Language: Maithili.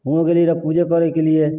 हुआँ गेलिए रहै पूजे करैकेलिए